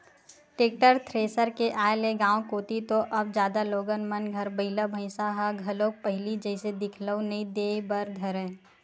tractor, thresher के आय ले गाँव कोती तो अब जादा लोगन मन घर बइला भइसा ह घलोक पहिली जइसे दिखउल नइ देय बर धरय